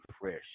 fresh